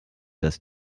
das